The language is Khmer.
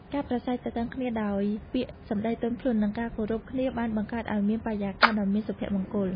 ការប្រាស្រ័យទាក់ទងគ្នាដោយពាក្យសម្ដីទន់ភ្លន់ និងការគោរពគ្នាបានបង្កើតឱ្យមានបរិយាកាសដ៏មានសុភមង្គល។